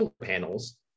panels